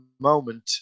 moment